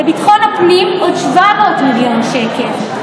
לביטחון פנים עוד 700 מיליון שקל,